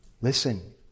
listen